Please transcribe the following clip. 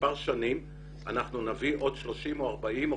מספר שנים אנחנו נביא עוד 30 או 40 או